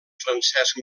francesc